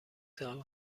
سال